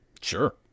Sure